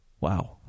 Wow